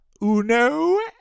uno